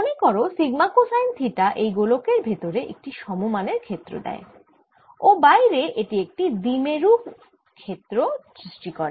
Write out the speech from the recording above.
মনে করো sigma cosine theta এই গোলকের ভেতরে একটি সম মানের ক্ষেত্র দেয় ও বাইরে এটি একটি দ্বিমেরুর ক্ষেত্র সৃষ্টি করে